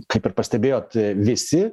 kaip ir pastebėjot visi